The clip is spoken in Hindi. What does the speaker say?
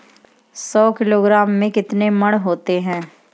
सौ किलोग्राम में कितने मण होते हैं?